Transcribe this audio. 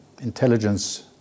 intelligence